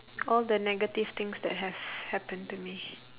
all the negative things that have happen to me